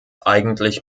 eigentlich